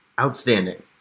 outstanding